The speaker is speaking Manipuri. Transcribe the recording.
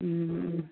ꯎꯝ